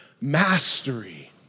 mastery